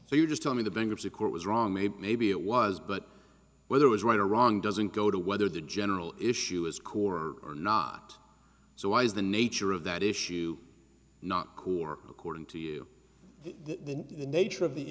so you just tell me the bankruptcy court was wrong maybe maybe it was but whether it was right or wrong doesn't go to whether the general issue is cool or not so why is the nature of that issue not cool or according to you then the nature of the